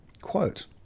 quote